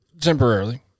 Temporarily